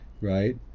Right